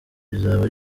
rizaba